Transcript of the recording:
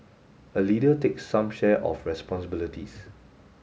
a leader takes some share of responsibilities